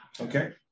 Okay